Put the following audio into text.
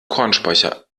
kornspeicher